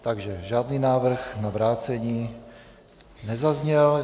Takže žádný návrh na vrácení nezazněl.